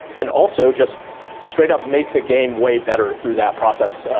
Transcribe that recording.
and also just straight up make the game way better through that process.